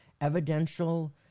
evidential